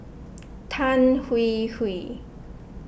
Tan Hwee Hwee